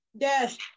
Yes